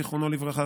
זיכרונו לברכה,